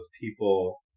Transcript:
people